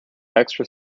extra